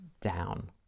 down